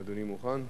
האם אדוני מוכן?